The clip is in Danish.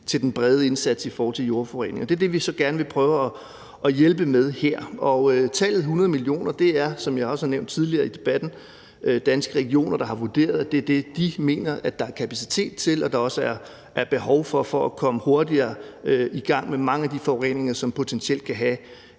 til den brede indsats i forhold til jordforureninger. Det er det, vi så gerne vil prøve at hjælpe med her. Tallet på 100 mio. kr. er, som jeg også har nævnt tidligere i debatten, af Danske Regioner vurderet som det, de mener at der er kapacitet til og også behov for for at komme hurtigere i gang med mange af de forureninger, som potentielt kan